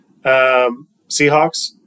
Seahawks